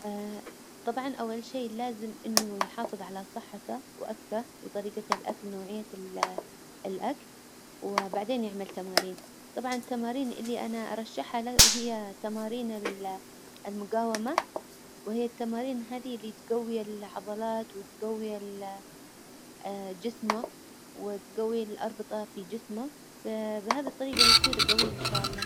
طبعا أول شي لازم إنه يحافظ على صحته وأكله وطريجة الأكل ونوعية ال الأكل، وبعدين يعمل تمارين، طبعا التمارين اللي أنا أرشحها له وهي تمارين ال- المجاومة، وهي التمارين هذي اللي تجوي العظلات وتجوي ال جسمه، وتجوي الأربطة في جسمه، فبهذي الطريجة يصير جوي إن شاء الله.